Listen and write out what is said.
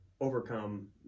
overcome